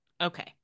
Okay